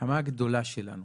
הנחמה הגדולה שלנו